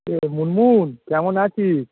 কে মুনমুন কেমন আছিস